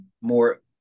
more